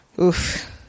oof